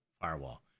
firewall